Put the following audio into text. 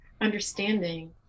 understanding